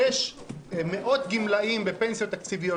יש מאות גמלאים בפנסיות תקציביות,